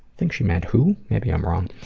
think she meant who? maybe i'm wrong.